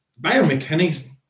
Biomechanics